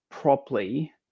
properly